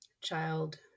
child